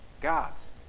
God's